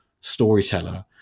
storyteller